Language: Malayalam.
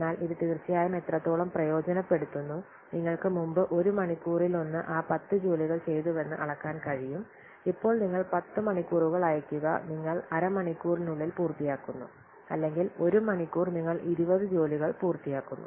എന്നാൽ ഇത് തീർച്ചയായും എത്രത്തോളം പ്രയോജനപ്പെടുത്തുന്നു നിങ്ങൾക്ക് മുമ്പ് ഒരു മണിക്കൂറിലൊന്ന് ആ 10 ജോലികൾ ചെയ്തുവെന്ന് അളക്കാൻ കഴിയും ഇപ്പോൾ നിങ്ങൾ 10 മണിക്കൂറുകൾ അയയ്ക്കുക നിങ്ങൾ അരമണിക്കൂറിനുള്ളിൽ പൂർത്തിയാക്കുന്നു അല്ലെങ്കിൽ ഒരു മണിക്കൂർ നിങ്ങൾ 20 ജോലികൾ പൂർത്തിയാക്കുന്നു